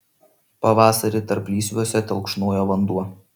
pavasarį tarplysviuose telkšnojo vanduo